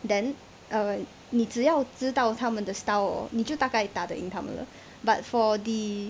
then err 你只要知道他们的 style 你就大概打赢他们了 but for the